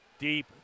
Deep